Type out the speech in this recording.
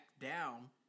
down